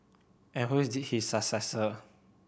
and who is his successor